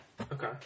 Okay